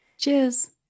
Cheers